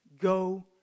go